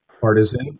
partisan